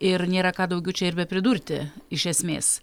ir nėra ką daugiau čia ir bepridurti iš esmės